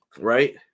Right